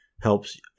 helps